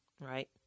right